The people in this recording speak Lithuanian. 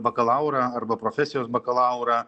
bakalaurą arba profesijos bakalaurą